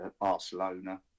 Barcelona